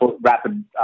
rapid